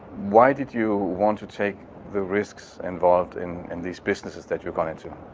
why did you want to take the risks involved in and these businesses that you've gone in to?